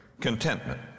Contentment